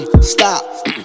Stop